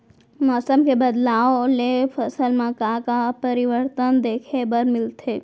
मौसम के बदलाव ले फसल मा का का परिवर्तन देखे बर मिलथे?